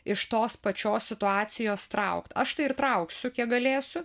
iš tos pačios situacijos traukt aš tai ir trauksiu kiek galėsiu